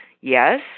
Yes